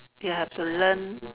you have to learn